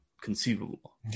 conceivable